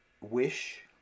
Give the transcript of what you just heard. wish